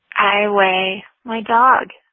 i weigh my dog.